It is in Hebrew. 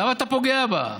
למה אתה פוגע בה?